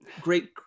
great